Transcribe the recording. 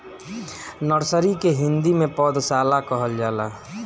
nursery के हिंदी में पौधशाला कहल जाला